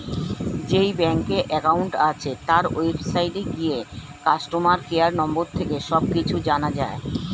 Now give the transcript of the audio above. যেই ব্যাংকে অ্যাকাউন্ট আছে, তার ওয়েবসাইটে গিয়ে কাস্টমার কেয়ার নম্বর থেকে সব কিছু জানা যায়